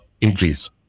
increase